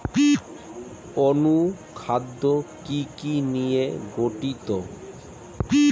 অনুখাদ্য কি কি নিয়ে গঠিত?